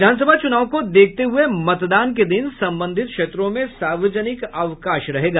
विधानसभा चुनाव को देखते हुए मतदान के दिन संबंधित क्षेत्रों में सार्वजनिक अवकाश रहेगा